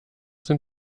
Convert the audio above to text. sind